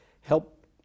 help